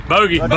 Bogey